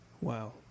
Wow